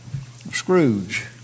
Scrooge